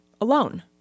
alone